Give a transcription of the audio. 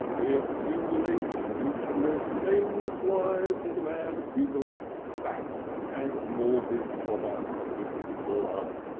it accumulates useless and aimless lives as a man accumulates fat and morbid products in his blood,